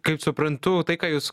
kaip suprantu tai ką jūs